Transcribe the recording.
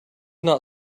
not